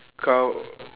car